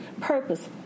purpose